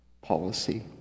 policy